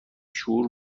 شعور